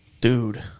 Dude